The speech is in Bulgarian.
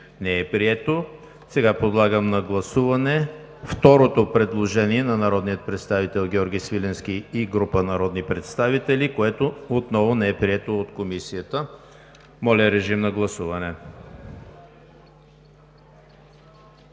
не е прието. Подлагам на гласуване второто предложение на народния представител Георги Свиленски и група народни представители, което отново не е подкрепено от Комисията. Гласували